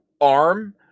arm